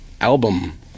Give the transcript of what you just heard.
album